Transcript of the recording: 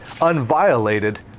unviolated